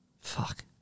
Fuck